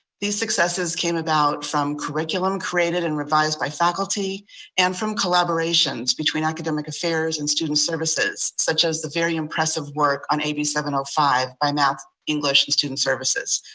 these successes came about from curriculum created and revised by faculty and from collaborations between academic affairs and student services, such as the very impressive work on a b seven ah five, by math, english, and student services.